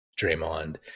Draymond